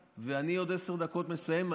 זה שלמה קרעי, ואני עוד עשר דקות מסיים.